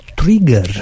Trigger